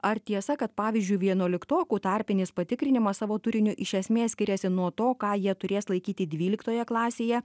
ar tiesa kad pavyzdžiui vienuoliktokų tarpinis patikrinimas savo turiniu iš esmės skiriasi nuo to ką jie turės laikyti dvyliktoje klasėje